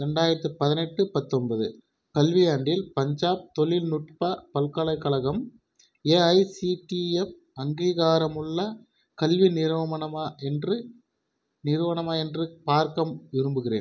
இரண்டாயிரத்து பதினெட்டு பத்தொன்பது கல்வியாண்டில் பஞ்சாப் தொழில்நுட்ப பல்கலைக்கழகம் ஏஐசிடிஎப் அங்கீகாரமுள்ள கல்வி நிறுவனமா என்று நிறுவனமா என்று பார்க்க விரும்புகிறேன்